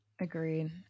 Agreed